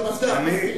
נקודה.